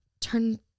turn